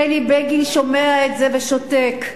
בני בגין שומע את זה ושותק,